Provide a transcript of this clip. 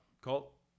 Colt